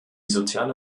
soziale